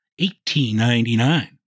1899